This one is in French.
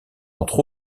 entre